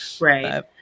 Right